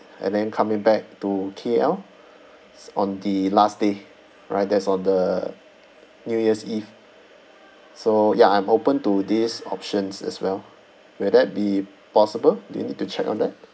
and then coming back to K_L s~ on the last day right that's on the new year's eve so ya I'm open to this options as well will that be possible do you need to check on that